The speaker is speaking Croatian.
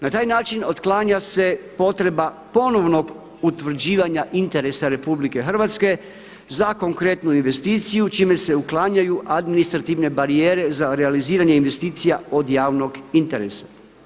Na taj način otklanja se potreba ponovnog utvrđivanja interesa RH za konkretnu investiciju čime se uklanjaju administrativne barijere za realiziranje investicija od javnog interesa.